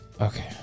Okay